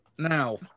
Now